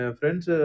friends